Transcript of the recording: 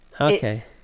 okay